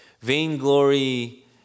Vainglory